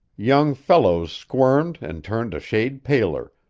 young fellows squirmed and turned a shade paler,